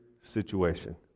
situation